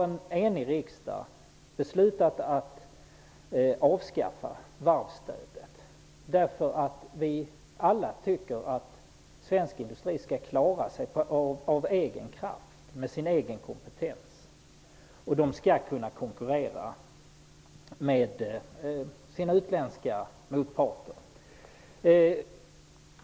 En enig riksdag har beslutat att avskaffa varvsstödet därför att vi alla tycker att svensk industri skall klara sig av egen kraft med sin egen kompetens. Den skall kunna konkurrera med sina utländska motparter.